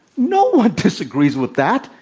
no one disagrees with that.